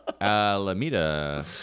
Alameda